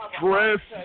dress